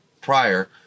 prior